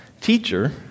teacher